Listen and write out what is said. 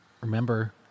remember